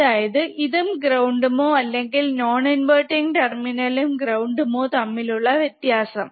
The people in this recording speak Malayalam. അതായത് ഇതും ഗ്രൌണ്ട്മോ അല്ലെങ്കിൽ നോൺ ഇൻവെർട്ടിങ് ടെർമിനലും ഗ്രൌണ്ടുമോ തമ്മിലുള്ള വ്യത്യാസം